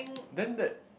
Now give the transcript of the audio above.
then that